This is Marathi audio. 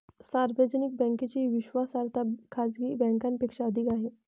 सार्वजनिक बँकेची विश्वासार्हता खाजगी बँकांपेक्षा अधिक आहे